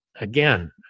again